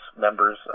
members